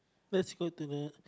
let's go to the